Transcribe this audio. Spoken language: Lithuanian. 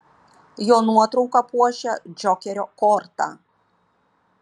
jo nuotrauka puošia džokerio kortą